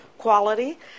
Quality